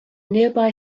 nearby